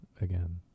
again